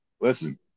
listen